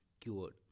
cured